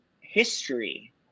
history